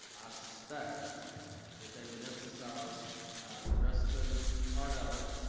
suspect that they would emphasize the dress code, part of it,